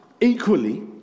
equally